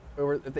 Over